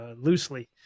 loosely